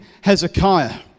Hezekiah